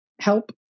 help